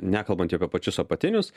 nekalbant jau apie pačius apatinius